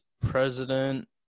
president